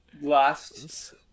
Last